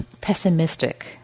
pessimistic